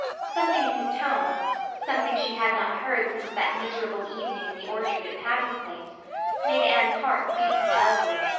something in his tone something she had not heard since that miserable evening in the orchard at patty's place made anne's heart beat wildly.